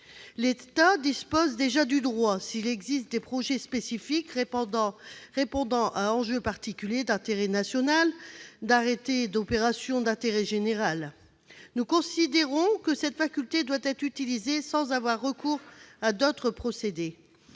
L'État dispose déjà du droit, s'il existe des projets spécifiques répondant à des enjeux particuliers d'intérêt général, d'arrêter une opération d'intérêt national, une OIN. Nous considérons que cette faculté doit être utilisée sans avoir recours à d'autres procédés.